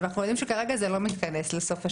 אנחנו יודעים שכרגע זה לא מתכנס לסוף השנה.